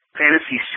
fantasy